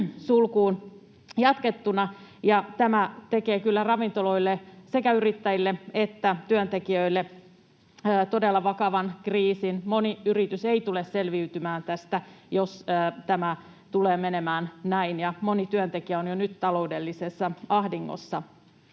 sulkuun jatkettuna, ja tämä tekee kyllä ravintoloille, sekä yrittäjille että työntekijöille, todella vakavan kriisin. Moni yritys ei tule selviytymään tästä, jos tämä tulee menemään näin, ja moni työntekijä on jo nyt taloudellisessa ahdingossa.